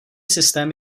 systém